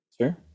Sure